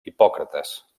hipòcrates